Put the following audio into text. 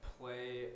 play